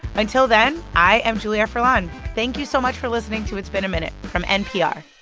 until then, i am julia furlan. thank you so much for listening to it's been a minute from npr